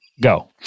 Go